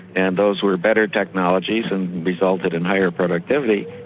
and those were better technologies and resulted in higher productivity.